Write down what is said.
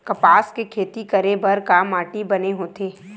कपास के खेती करे बर का माटी बने होथे?